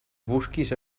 busquis